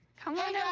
come on and